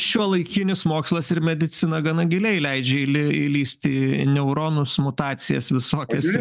šiuolaikinis mokslas ir medicina gana giliai leidžia įli įlisti į neuronus mutacijas visokias